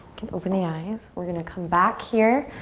can open the eyes. we're gonna come back here,